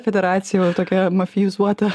federacija jau tokia mafijizuota